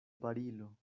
barilo